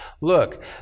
Look